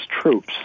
troops